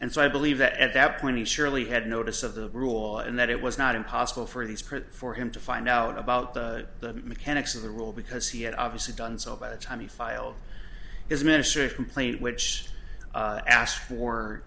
and so i believe that at that point he surely had notice of the rule and that it was not impossible for the script for him to find out about the mechanics of the rule because he had obviously done so by the time he filed his minister if complaint which asked for